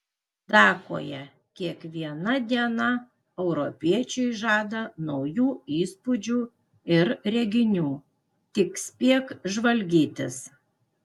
dakoje kiekviena diena europiečiui žada naujų įspūdžių ir reginių tik spėk žvalgytis